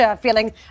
feeling